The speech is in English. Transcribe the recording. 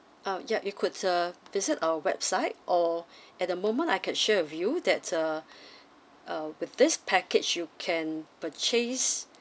oh yeah you could uh visit our website or at the moment I could share with you that uh uh with this package you can you can purchase